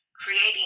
creating